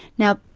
now,